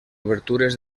obertures